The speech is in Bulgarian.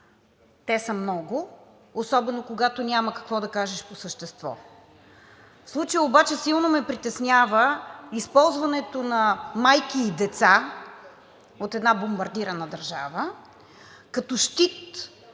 Те са много, особено когато няма какво да кажеш по същество. В случая обаче силно ме притеснява използването на майки и деца от една бомбардирана държава като щит